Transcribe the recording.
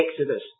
Exodus